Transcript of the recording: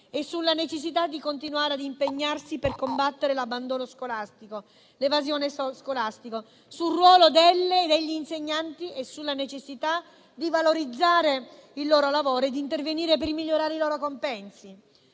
e sulla necessità di continuare a impegnarsi per combattere l'abbandono scolastico e l'evasione scolastica, sul ruolo degli e delle insegnanti e sulla necessità di valorizzare il loro lavoro e di intervenire per migliorare i loro compensi.